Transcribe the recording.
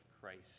Christ